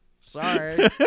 Sorry